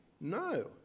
No